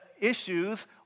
issues